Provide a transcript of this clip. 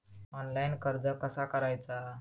Online कर्ज कसा करायचा?